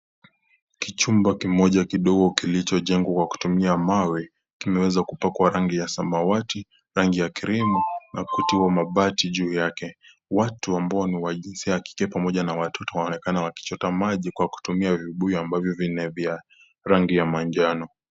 Kichumba kimoja kidogo kilichojengwa kwa kutumia mawe kimeweza kupakwa rangi ya samawati rangi ya krimu na kutiwa mabati juu yake . Watu ambao ni wa jinsia ya kike pamoja na watoto wanaonekana kuchota maji kutumia vibuyu ambayo ni vya rangi ya manjano.